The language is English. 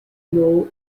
known